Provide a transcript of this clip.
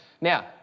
Now